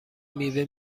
میوه